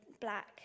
black